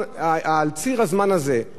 על ציר הזמן הזה: היום,